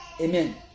Amen